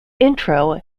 intro